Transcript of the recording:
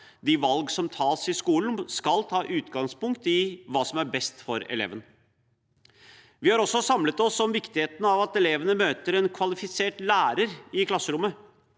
de valg som tas i skolen, skal ta utgangspunkt i hva som er best for eleven. Vi har også samlet oss om viktigheten av at elevene møter en kvalifisert lærer i klasserommet.